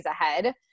ahead